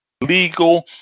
legal